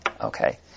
Okay